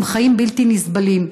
הם חיים בלתי נסבלים.